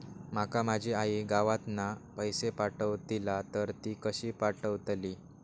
माका माझी आई गावातना पैसे पाठवतीला तर ती कशी पाठवतली?